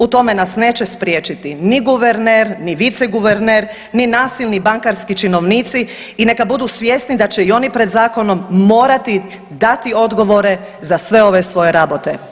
U tome nas neće spriječiti ni guverner ni viceguverner ni nasilni bankarski činovnici i neka budu svjesni da će i oni pred zakonom morati dati odgovore za sve ove svoje rabote.